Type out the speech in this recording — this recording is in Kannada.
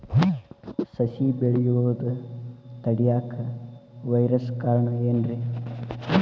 ಸಸಿ ಬೆಳೆಯುದ ತಡಿಯಾಕ ವೈರಸ್ ಕಾರಣ ಏನ್ರಿ?